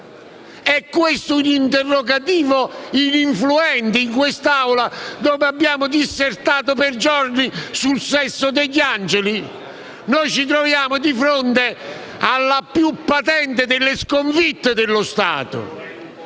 È un interrogativo ininfluente in quest'Assemblea, dove abbiamo dissertato per giorni sul sesso degli angeli? Ci troviamo di fronte alla più patente delle sconfitte dello Stato